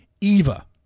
Eva